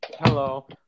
hello